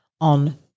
on